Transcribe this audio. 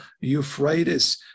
Euphrates